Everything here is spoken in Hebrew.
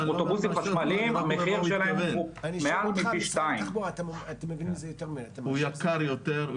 האוטובוסים החשמליים מחיר שלהם הוא מעל פי 2. הוא יקר יותר.